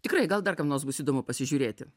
tikrai gal dar kam nors bus įdomu pasižiūrėti